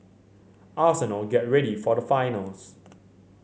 arsenal get ready for the finals